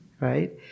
Right